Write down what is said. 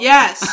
Yes